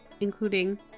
including